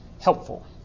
helpful